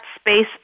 space